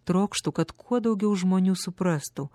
trokštu kad kuo daugiau žmonių suprastų